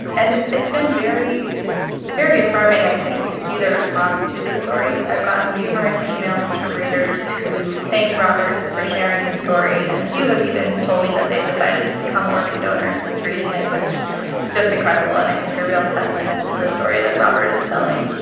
and it's it's been very very affirming, i think, to see the response to the story. i've gotten numerous emails from readers who thanked robert for sharing his story. and a few have even told me that they've decided to become organ donors since reading it, which is just incredible and i think a real testament to the story that robert is telling